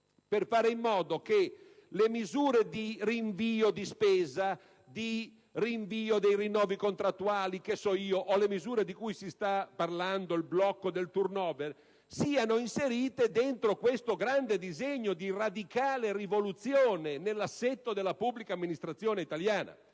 per fare in modo che le misure di rinvio di spesa, di rinvio dei rinnovi contrattuali o le misure di cui si sta parlando, come il blocco del *turnover*, siano inserite all'interno di questo grande disegno di radicale rivoluzione nell'assetto della pubblica amministrazione italiana.